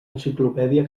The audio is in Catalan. enciclopèdia